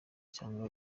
cyangwa